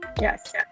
Yes